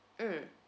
mm